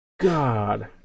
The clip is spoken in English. God